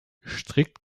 strikt